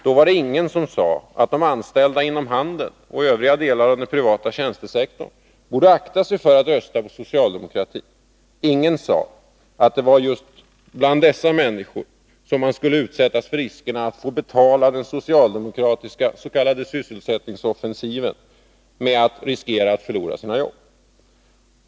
Då var det ingen som sade att de anställda inom handeln och övriga delar inom den privata tjänstesektorn borde akta sig för att rösta på socialdemokratin. Ingen sade att det var just bland dessa människor som man skulle få betala den socialdemokratiska s.k. sysselsättningsoffensiven med att riskera att förlora sina jobb.